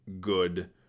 good